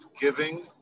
giving